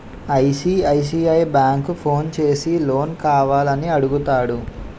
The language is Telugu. ఐ.సి.ఐ.సి.ఐ బ్యాంకు ఫోన్ చేసి లోన్ కావాల అని అడుగుతాడు